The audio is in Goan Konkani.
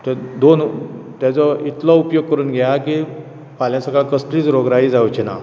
तर दोन तेजो इतलो उपयोग करून घेयात की फाल्यां तुका कसलीच जावची ना